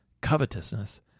covetousness